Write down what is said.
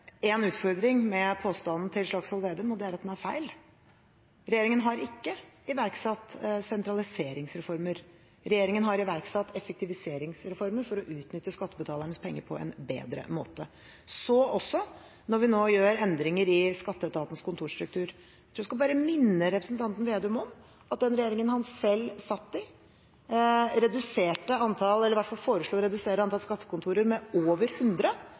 utfordring med påstanden til Slagsvold Vedum, og det er at den er feil. Regjeringen har ikke iverksatt sentraliseringsreformer. Regjeringen har iverksatt effektiviseringsreformer for å utnytte skattebetalernes penger på en bedre måte, så også når vi nå gjør endringer i Skatteetatens kontorstruktur. Jeg skal bare minne representanten Slagsvold Vedum om at den regjeringen han selv satt i, foreslo å redusere antall skattekontorer med over hundre tilbake i 2011. Da var det åpenbart nødvendig, sett med